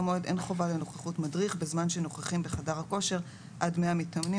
מועד אין חובה לנוכחות מדריך בזמן שנוכחים בחדר הכושר עד 100 מתאמנים,